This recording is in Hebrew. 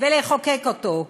ולחוקק אותו.